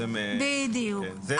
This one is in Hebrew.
בדיוק.